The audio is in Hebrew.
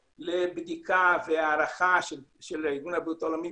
לבדיקה והערכה של ארגון הבריאות העולמי,